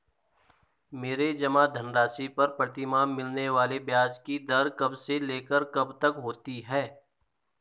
मेरे जमा धन राशि पर प्रतिमाह मिलने वाले ब्याज की दर कब से लेकर कब तक होती है?